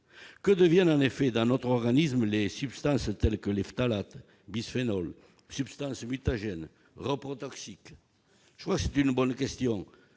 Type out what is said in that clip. Que deviennent en effet dans notre organisme les substances telles que les phtalates, le bisphénol, substances mutagènes, reprotoxiques ? C'est une bonne question.